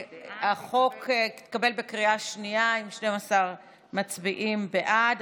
החוק התקבל בקריאה שנייה, עם 12 מצביעים בעד.